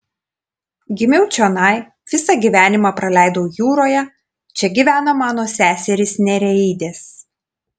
gimiau čionai visą gyvenimą praleidau jūroje čia gyvena mano seserys nereidės